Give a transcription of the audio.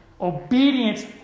Obedience